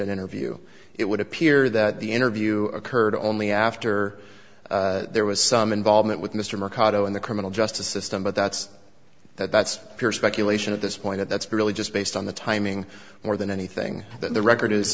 an interview it would appear that the interview occurred only after there was some involvement with mr mercado in the criminal justice system but that's that that's pure speculation at this point that's really just based on the timing more than anything that the record is